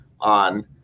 on